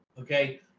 Okay